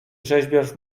rzeźbiarz